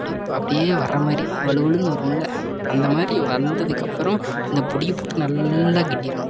அப்படியே அப்படியே வர்ற மாதிரி வலுவழுன்னு வருமில்ல அந்த மாதிரி வந்ததுக்கப்புறம் இந்த பொடியை போட்டு நல்லா கிண்டிடணும்